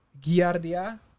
Giardia